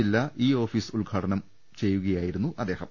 ജില്ലാ e office ഉദ്ഘാടനം ചെയ്യുകയായിരുന്നു അദ്ദേഹം